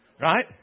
Right